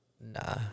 Nah